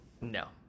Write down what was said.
No